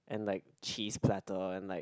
and like cheese platter and like